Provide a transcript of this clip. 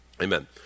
Amen